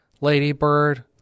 Ladybird